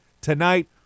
tonight